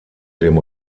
dem